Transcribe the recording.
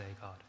God